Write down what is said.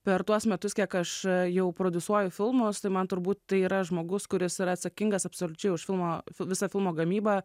per tuos metus kiek aš jau prodiusuoju filmus tai man turbūt yra žmogus kuris yra atsakingas absoliučiai už filmo visą filmo gamybą